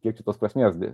kiek čia tos prasmės deja